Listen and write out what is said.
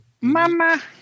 Mama